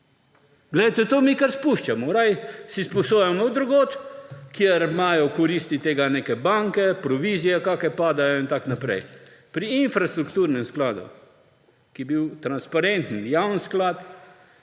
to mi kar spuščamo, raje si sposojamo drugod, kjer imajo koristi od tega neke banke, provizije kakšne padajo in tako naprej. Pri infrastrukturnem skladu, ki bi bil transparenten javni sklad,